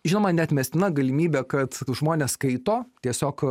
žinoma neatmestina galimybė kad žmonės skaito tiesiog